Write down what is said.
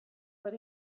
but